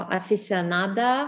aficionada